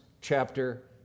chapter